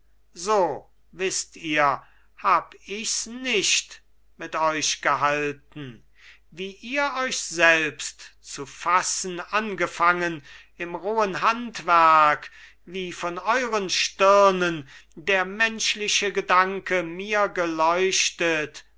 so wißt ihr hab ichs nicht mit euch gehalten wie ihr euch selbst zu fassen angefangen im rohen handwerk wie von euren stirnen der menschliche gedanke mir geleuchtet